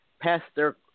Pastor